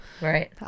right